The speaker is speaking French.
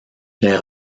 les